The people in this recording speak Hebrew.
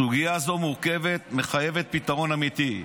סוגיה זו מורכבת ומחייבת פתרון אמיתי,